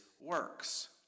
works